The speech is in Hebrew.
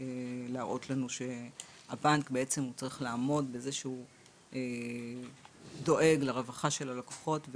להראות לנו שהבנק בעצם צריך לעמוד בזה שהוא דואג לרווחה של הלקוחות,